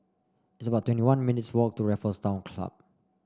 it's about twenty one minutes' walk to Raffles Town Club